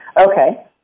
Okay